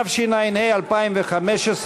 התשע"ה 2015,